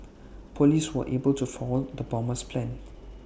Police were able to foil the bomber's plans